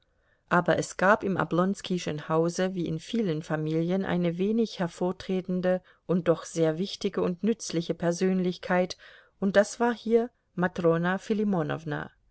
aber es gab im oblonskischen hause wie in vielen familien eine wenig hervortretende und doch sehr wichtige und nützliche persönlichkeit und das war hier matrona